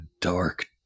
dark